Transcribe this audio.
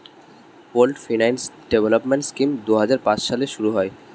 pooled finance development scheme দুই হাজার পাঁচ সালে শুরু হয়